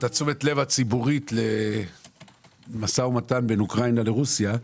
תשומת הלב הציבורית למשא ומתן בין אוקראינה לרוסיה,